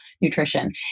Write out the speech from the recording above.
nutrition